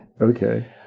Okay